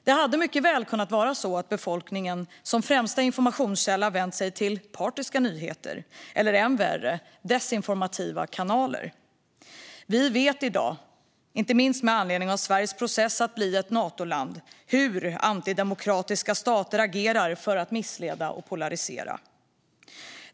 Det hade mycket väl kunnat vara så att befolkningen som främsta informationskälla vänt sig till partiska nyheter eller, än värre, desinformativa kanaler. Vi vet i dag, inte minst med anledning av Sveriges process för att bli ett Natoland, hur antidemokratiska stater agerar för att missleda och polarisera.